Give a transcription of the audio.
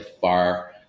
far